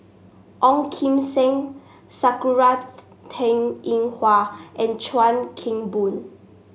Ong Kim Seng Sakura Teng Ying Hua and Chuan Keng Boon